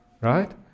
right